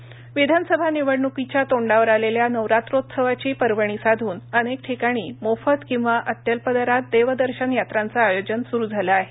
नवरात्र विधानसभा निवडणुकीच्या तोंडावर आलेल्या नवरात्रौत्सवाची पर्वणी साधून अनेक ठिकाणी मोफत किंवा अत्यल्प दरात देवदर्शन यात्रांचं आयोजन सुरु झालं आहे